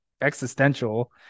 existential